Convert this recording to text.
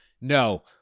no